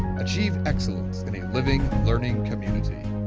achieve excellence in a living learning community,